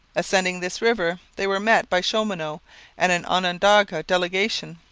ascending this river they were met by chaumonot and an onondaga delegation.